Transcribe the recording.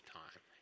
time